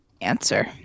answer